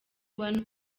one